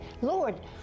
Lord